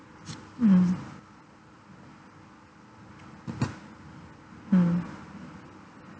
mm mm